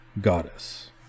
goddess